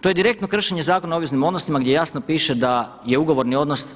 To je direktno kršenje Zakona o obveznim odnosima gdje jasno piše da je ugovorni odnos